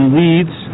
leads